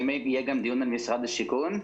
האם יהיה דיון גם עם משרד השיכון?